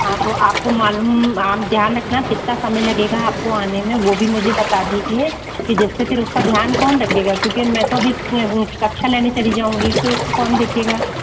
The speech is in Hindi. हाँ तो आपको मालूम आप ध्यान रखना कितना समय लगेगा आपको आने में वो भी मुझे बता दीजिए कि जिससे फिर उसका ध्यान कौन रखेगा क्योंकि मैं तो अभी कक्षा लेने चली जाउंगी फिर उसको कौन देखेगा